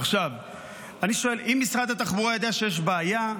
עכשיו אני שואל: אם משרד התחבורה יודע שיש בעיה,